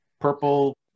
Purple